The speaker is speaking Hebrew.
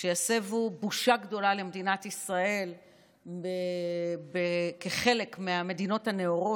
שיסבו בושה גדולה למדינת ישראל כחלק מהמדינות הנאורות,